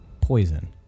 poison